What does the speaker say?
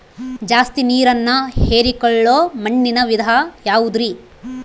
ಜಾಸ್ತಿ ನೇರನ್ನ ಹೇರಿಕೊಳ್ಳೊ ಮಣ್ಣಿನ ವಿಧ ಯಾವುದುರಿ?